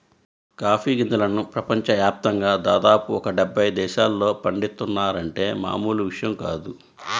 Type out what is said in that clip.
coffee గింజలను ప్రపంచ యాప్తంగా దాదాపు ఒక డెబ్బై దేశాల్లో పండిత్తున్నారంటే మామూలు విషయం కాదు